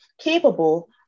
capable